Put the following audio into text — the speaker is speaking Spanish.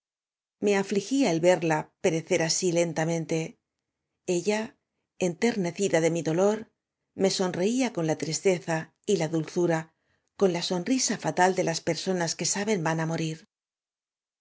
me añigfa el verla pe recer así lentamente ella enternecida de mí dolor me sonreía con la tristeza y ja ilulzura coa la sonrisa fatal de las personas que saben van á morir